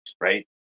right